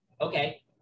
okay